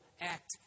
act